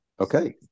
Okay